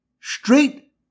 Straight